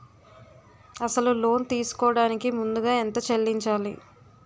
అసలు లోన్ తీసుకోడానికి ముందుగా ఎంత చెల్లించాలి?